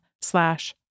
slash